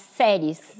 séries